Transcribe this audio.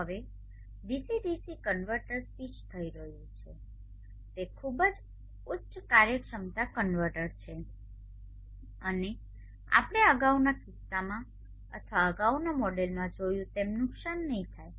હવે DC DC converter switch થઈ રહ્યું છે તે ખૂબ જ ઉચ્ચ કાર્યક્ષમતા કન્વર્ટર છે અને તેથી આપણે અગાઉના કિસ્સામાં અથવા અગાઉના મોડેલમાં જોયું તેમ નુકસાન નહીં થાય